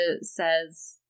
says